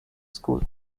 school